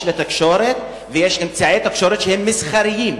לתקשורת ושיש אמצעי תקשורת שהם מסחריים.